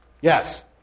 Yes